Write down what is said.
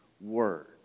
Word